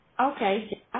Okay